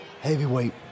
Heavyweight